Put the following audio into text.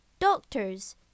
Doctors